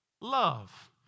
love